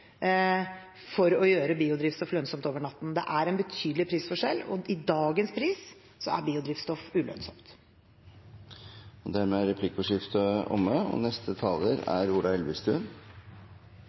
for å gjøre biodrivstoff lønnsomt over natten. Det er en betydelig prisforskjell, og i dagens pris er biodrivstoff ulønnsomt. Replikkordskiftet er omme.